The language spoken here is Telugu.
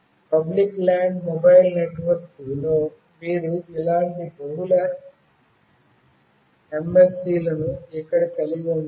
పబ్లిక్ ల్యాండ్ మొబైల్ నెట్వర్క్ లో మీరు ఇలాంటి బహుళ ఎంఎస్సిలను ఇక్కడ కలిగి ఉండవచ్చు